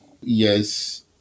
Yes